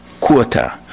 quarter